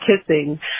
kissing